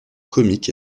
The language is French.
comique